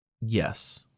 Yes